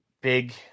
big